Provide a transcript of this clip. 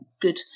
Good